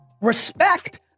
Respect